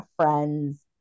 friend's